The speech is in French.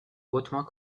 hautement